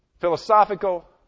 philosophical